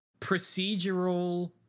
procedural